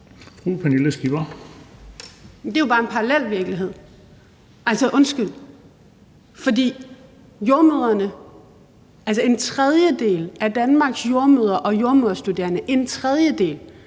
Det er jo bare en parallelvirkelighed – altså, undskyld – for en tredjedel af Danmarks jordemødre og jordemoderstuderende har skrevet